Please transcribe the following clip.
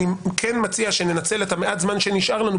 אני כן מציע שננצל את המעט זמן שנשאר לנו,